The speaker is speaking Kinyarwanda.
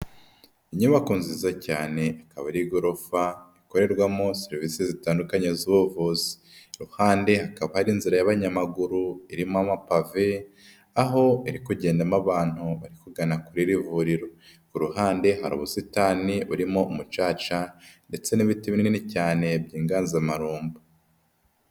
Inyubako nziza cyane, ikaba ari igorofa ikorerwamo serivisi zitandukanye z'ubuvuzi , iruhande hakaba hari inzira y'abanyamaguru irimo amapave, aho iri kugendamo abantu bari kugana kuri iri vuriro ku ruhande hari ubusitani burimo umucaca ndetse n'imibi binini cyane byi'gazamarumbo.